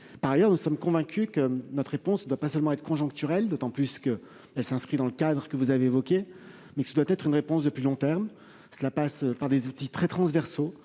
Par ailleurs, nous sommes convaincus que la réponse ne doit pas seulement être conjoncturelle, d'autant plus qu'elle s'inscrit dans le cadre que vous avez évoqué. Elle doit aussi être de plus long terme, ce qui exige de développer des outils très transversaux.